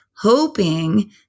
hoping